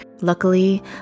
Luckily